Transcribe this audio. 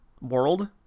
world